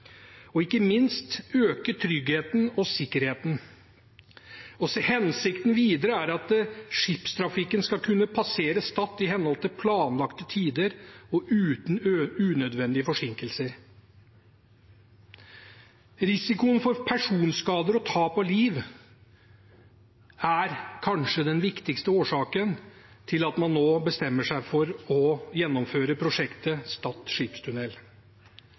og ikke minst øke tryggheten og sikkerheten. Hensikten er videre at skipstrafikken skal kunne passere Stad i henhold til planlagte tider og uten unødvendige forsinkelser. Risikoen for personskader og tap av liv er kanskje den viktigste årsaken til at man nå bestemmer seg for å gjennomføre prosjektet Stad skipstunnel.